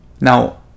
Now